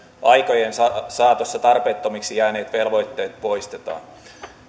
aikojen saatossa tarpeettomiksi jääneet velvoitteet poistetaan